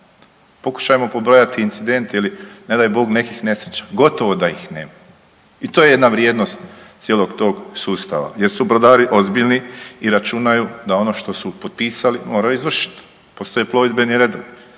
Pokušajmo pobrojati incidente ili ne daj Bog nekih nesreća, gotovo da ih nema i to je jedna vrijednost cijelog tog sustava jer su brodari ozbiljni i računaju da ono što su potpisali moraju izvršit, postoje plovidbeni redovi